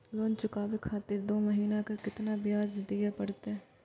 Loan चुकाबे खातिर दो महीना के केतना ब्याज दिये परतें?